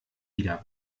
wieder